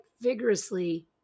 vigorously